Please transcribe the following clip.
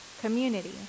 community